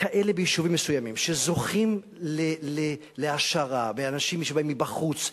כאלה ביישובים מסוימים שזוכים להעשרה ואנשים שבאים מבחוץ.